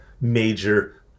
major